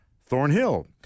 Thornhill